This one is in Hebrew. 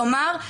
כלומר,